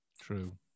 True